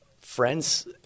friends